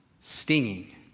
Stinging